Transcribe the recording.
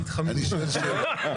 אני שואל שאלה,